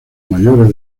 mayores